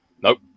Nope